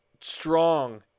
strong